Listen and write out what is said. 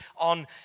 on